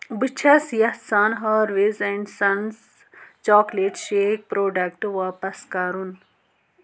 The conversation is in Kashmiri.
بہٕ چھس یَژھان Harvey's and sons chocolate shake product واپَس کَرُن